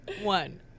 one